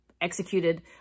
executed